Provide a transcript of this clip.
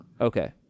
Okay